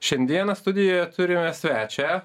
šiandieną studijoj turime svečią